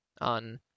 on